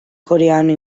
coreano